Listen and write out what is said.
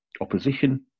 opposition